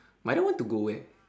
mairah want to go where